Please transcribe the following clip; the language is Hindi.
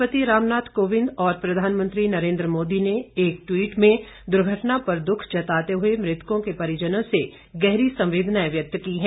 राष्ट्रपति रामनाथ कोविंद और प्रधानमंत्री नरेन्द्र मोदी ने एक ट्वीट में दुर्घटना पर दुख जताते हुए मृतकों के परिजनों से गहरी संवेदनाएं व्यक्त की हैं